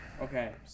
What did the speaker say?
Okay